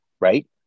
right